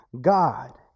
God